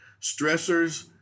stressors